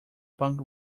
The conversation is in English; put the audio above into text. punk